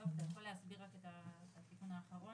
יואב, אתה יכול להסביר רק את התיקון האחרון?